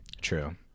True